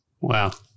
Wow